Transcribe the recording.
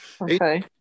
Okay